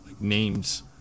Names